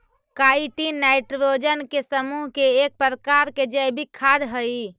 chitin nitrogen के समूह के एक प्रकार के जैविक खाद हई